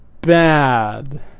bad